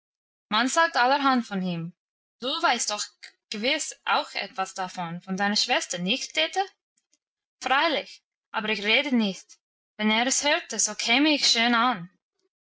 man sagt allerhand von ihm du weißt doch gewiss auch etwas davon von deiner schwester nicht dete freilich aber ich rede nicht wenn er's hörte so käme ich schön an